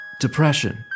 depression